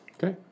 Okay